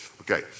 Okay